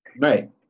Right